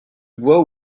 bois